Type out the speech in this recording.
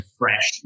fresh